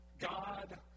God